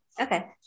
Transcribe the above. Okay